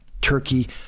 turkey